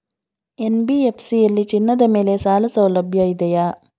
NBFC ಯಲ್ಲಿ ಚಿನ್ನದ ಮೇಲೆ ಸಾಲಸೌಲಭ್ಯ ಇದೆಯಾ?